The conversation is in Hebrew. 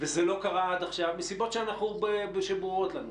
וזה לא קרה עד עכשיו מסיבות שברורות לנו.